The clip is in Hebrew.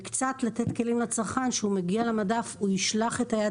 וקצת לתת כלים לצרכן שהוא מגיע למדף הוא ישלח את היד